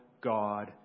God